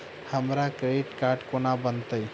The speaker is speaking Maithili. हमरा क्रेडिट कार्ड कोना बनतै?